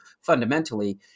fundamentally